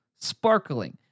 sparkling